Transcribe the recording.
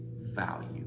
value